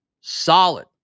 solid